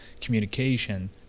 communication